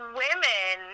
women